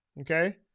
Okay